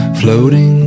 floating